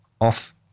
off